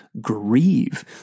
grieve